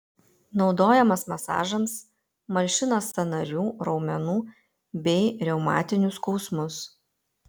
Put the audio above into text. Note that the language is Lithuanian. naudojamas masažams malšina sąnarių raumenų bei reumatinius skausmus